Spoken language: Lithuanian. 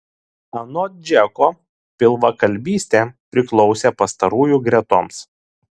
anot džeko pilvakalbystė priklausė pastarųjų gretoms